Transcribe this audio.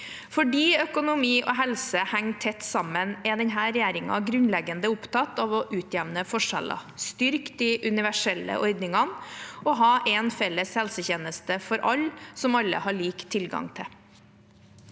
Fordi økonomi og helse henger tett sammen, er denne regjeringen grunnleggende opptatt av å utjevne forskjeller, styrke de universelle ordningene og å ha en felles helsetjeneste for alle, som alle har lik tilgang til.